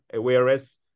whereas